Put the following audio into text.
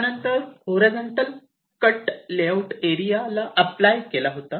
त्यानंतर horizontal cut layout एरियाला apply केला होता